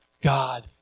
God